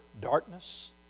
darkness